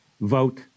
vote